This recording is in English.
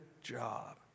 job